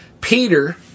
Peter